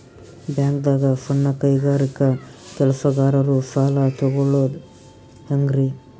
ಬ್ಯಾಂಕ್ದಾಗ ಸಣ್ಣ ಕೈಗಾರಿಕಾ ಕೆಲಸಗಾರರು ಸಾಲ ತಗೊಳದ್ ಹೇಂಗ್ರಿ?